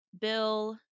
Bill